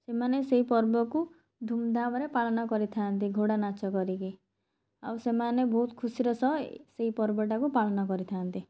ସେମାନେ ସେହି ପର୍ବକୁ ଧୂମଧାମରେ ପାଳନ କରିଥାନ୍ତି ଘୋଡ଼ାନାଚ କରିକି ଆଉ ସେମାନେ ବହୁତ ଖୁସିର ସହ ଏ ସେଇ ପର୍ବଟାକୁ ପାଳନ କରିଥାନ୍ତି